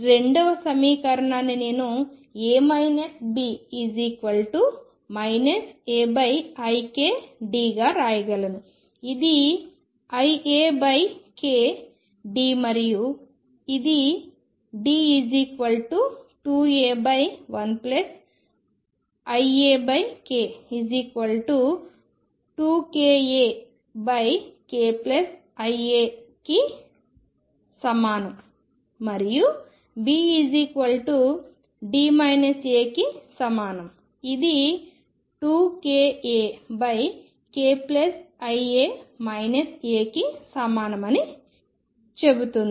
రెండవ సమీకరణాన్ని నేను A B ikD గా వ్రాయగలను ఇది iαkD మరియు ఇది D2A1iαk 2kAkiα కి సమానం మరియు B D A కి సమానం ఇది 2kAkiα A కి సమానం అవుతుందని చెబుతుంది